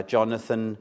Jonathan